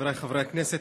חבריי חברי הכנסת,